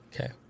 okay